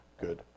good